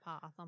path